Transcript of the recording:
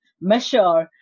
measure